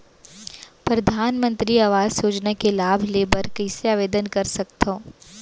परधानमंतरी आवास योजना के लाभ ले बर कइसे आवेदन कर सकथव?